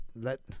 let